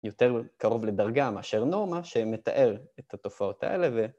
יותר קרוב לדרגה מאשר נורמה, שמתאר את התופעות האלה.